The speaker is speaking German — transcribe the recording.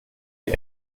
die